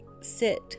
sit